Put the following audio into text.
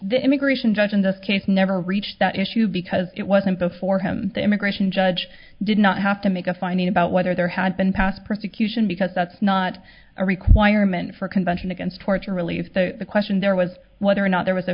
the immigration judge in this case never reached that issue because it wasn't before him the immigration judge did not have to make a finding about whether there had been past persecution because that's not a requirement for a convention against torture relief so the question there was whether or not there was